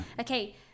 Okay